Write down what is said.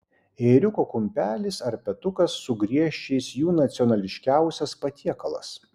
ėriuko kumpelis ar petukas su griežčiais jų nacionališkiausias patiekalas